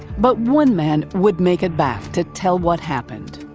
but one man would make it back to tell what happened.